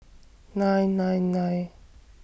nine nine nine